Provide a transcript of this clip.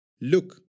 Look